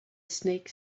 snake